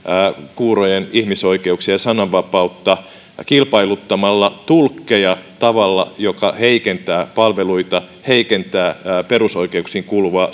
kuurojen ihmisoikeuksia ja sananvapautta kilpailuttamalla tulkkeja tavalla joka heikentää palveluita ja heikentää perusoikeuksiin kuuluvaa